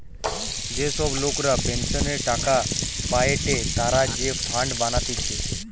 যে সব লোকরা পেনসনের টাকা পায়েটে তারা যে ফান্ড বানাতিছে